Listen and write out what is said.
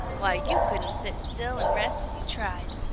why, you couldn't sit still and rest if you tried!